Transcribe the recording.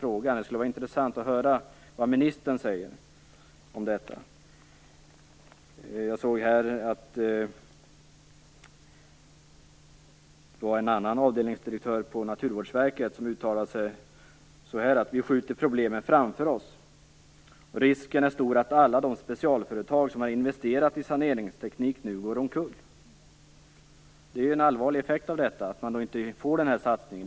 Det skulle vara intressant att höra vad ministern säger. En avdelningsdirektör på Naturvårdsverket uttalar sig så här: Vi skjuter problemen framför oss. Risken är stor att alla de specialföretag som har investerat i saneringsteknik nu går omkull. Detta är en allvarlig effekt av att man inte får den här satsningen.